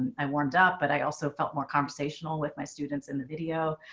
i warmed up. but i also felt more conversational with my students in the video.